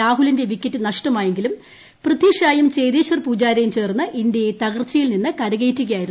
രാഹുലിന്റെ വിക്കറ്റ് നഷ്ടമായെങ്കിലും പൃഥി ഷായും ചേതേശ്വർ പൂജാരയും ചേർന്ന് ഇന്ത്യയെ തകർച്ചയിൽ നിന്ന് കരകയറ്റുകയായിരുന്നു